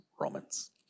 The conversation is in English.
Romans